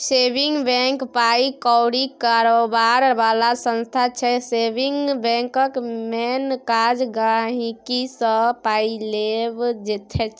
saving bank पाइ कौरी कारोबार बला संस्था छै सेबिंग बैंकक मेन काज गांहिकीसँ पाइ लेब छै